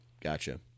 gotcha